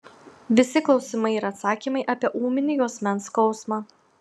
visi klausimai ir atsakymai apie ūminį juosmens skausmą